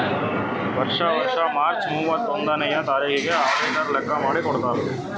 ವರ್ಷಾ ವರ್ಷಾ ಮಾರ್ಚ್ ಮೂವತ್ತೊಂದನೆಯ ತಾರಿಕಿಗ್ ಅಡಿಟರ್ ಲೆಕ್ಕಾ ಮಾಡಿ ಕೊಡ್ತಾರ್